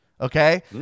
Okay